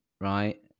right